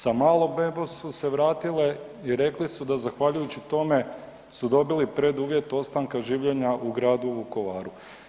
Sa malom bebom su se vratili i rekli su da zahvaljujući tome su dobili preduvjet ostanka življenja u gradu Vukovaru.